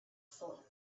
forward